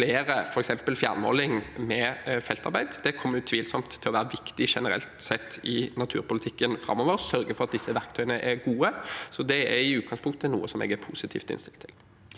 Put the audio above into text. fjernmåling med feltarbeid kommer utvilsomt til å være viktig generelt sett i naturpolitikken framover – sørge for at disse verktøyene er gode – så det er i utgangspunktet noe jeg er positivt innstilt til.